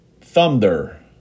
Thunder